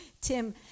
Tim